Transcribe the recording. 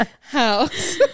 house